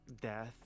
death